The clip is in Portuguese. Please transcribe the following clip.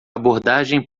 abordagem